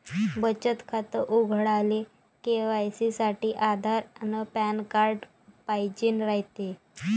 बचत खातं उघडाले के.वाय.सी साठी आधार अन पॅन कार्ड पाइजेन रायते